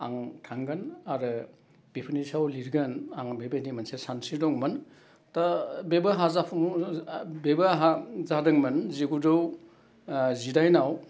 आं थांगोन आरो बिफोरनि सायाव लिरगोन आं बेबायदि मोनसे सानस्रि दंमोन दा बेबो हा जाफुं बेबो आहा जादोंमोन जिगुजौ जिडाइनाव